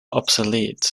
obsolete